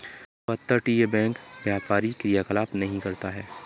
अपतटीय बैंक व्यापारी क्रियाकलाप नहीं करता है